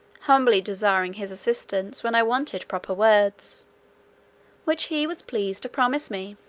humbly desiring his assistance when i wanted proper words which he was pleased to promise me.